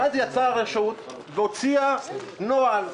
ואז יצאה הרשות והוציאה נוהל,